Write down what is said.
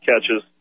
catches